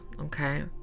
Okay